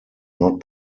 not